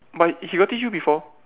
but he got teach you before